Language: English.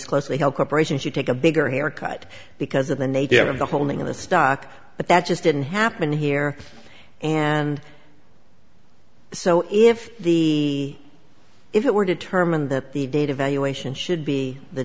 closely held corporations you take a bigger haircut because of the native of the holding of the stock but that just didn't happen here and so if the if it were determined that the data valuation should be the